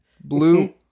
Blue